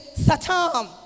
satam